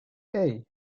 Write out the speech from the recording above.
hey